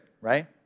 right